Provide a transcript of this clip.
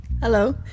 Hello